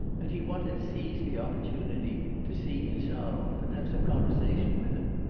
and he wanted to seize the opportunity to see insarov and have some conversation with him.